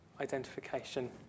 identification